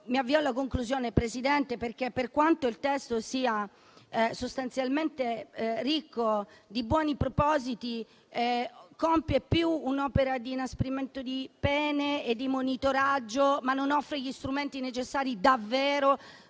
Mi avvio alla conclusione, Presidente, perché, per quanto il testo sia sostanzialmente ricco di buoni propositi, compie più un'opera di inasprimento di pene e di monitoraggio, ma non offre gli strumenti necessari davvero